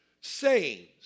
Sayings